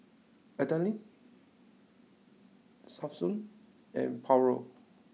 Adalyn Samson and Paulo